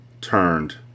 turned